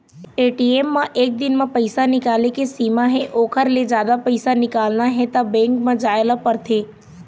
ATM म एक दिन म पइसा निकाले के सीमा हे ओखर ले जादा पइसा निकालना हे त बेंक म जाए ल परथे